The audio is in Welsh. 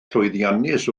llwyddiannus